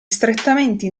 strettamente